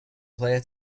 player